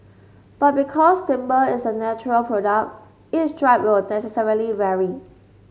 but because timber is a natural product each strip will necessarily vary